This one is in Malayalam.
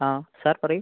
ആ സാർ പറയൂ